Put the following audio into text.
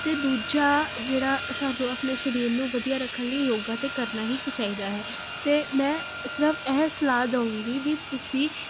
ਤੇ ਦੂਜਾ ਜਿਹੜਾ ਸਾਨੂੰ ਆਪਣੇ ਸ਼ਰੀਰ ਨੂੰ ਵਧੀਆ ਰੱਖਣ ਲਈ ਯੋਗਾ ਤੇ ਕਰਨਾ ਹੀ ਚਾਈਦਾ ਹੈ ਤੇ ਮੈਂ ਸਿਰਫ਼ ਐਹ ਸਲਾਹ ਦਊਂਗੀ ਵੀ ਤੁਸੀਂ